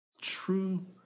True